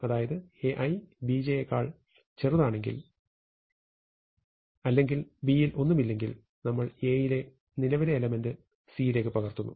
അതായത് Ai Bj നേക്കാൾ ചെറുതാണെങ്കിൽ അല്ലെങ്കിൽ B യിൽ ഒന്നുമില്ലെങ്കിൽ നമ്മൾ A യിലെ നിലവിലെ എലമെന്റ് C യിലേക്ക് പകർത്തുന്നു